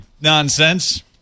nonsense